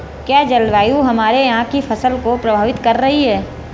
क्या जलवायु हमारे यहाँ की फसल को प्रभावित कर रही है?